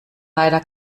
leider